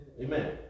Amen